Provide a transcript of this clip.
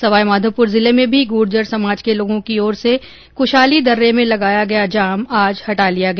सवाई माधोपुर जिले में भी गुर्जर समाज के लोगों की ओर से कुशाली दर्रा में लगाया गया जाम आज हटा लिया गया